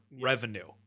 Revenue